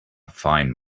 fine